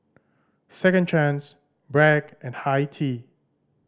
Second Chance Bragg and Hi Tea